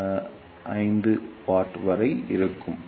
5 W வரை ஆகும்